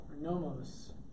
nomos